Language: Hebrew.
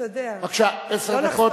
אתה יודע, לא נחסוך את שבטנו.